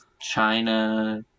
China